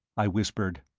i whispered.